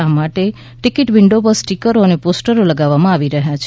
આ માટે ticket window પર સ્ટીકરો અને પોસ્ટરો લગાવવામાં આવી રહ્યા છે